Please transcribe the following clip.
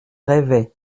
rêvait